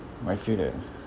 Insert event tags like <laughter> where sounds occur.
might feel that <breath>